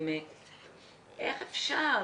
איך אפשר,